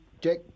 Jack